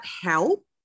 help